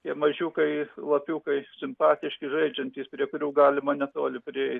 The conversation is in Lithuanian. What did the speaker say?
tie mažiukai lapiukai simpatiški žaidžiantys prie kurių galima netoli prieit